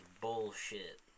bullshit